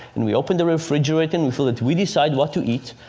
and we open the refrigerator and we feel that we decide what to eat.